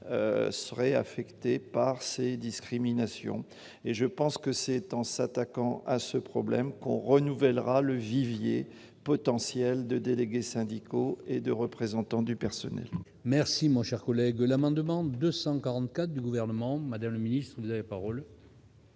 seraient affectés par ces discriminations. C'est en s'attaquant à ce problème que l'on renouvellera le vivier potentiel de délégués syndicaux et de représentants du personnel.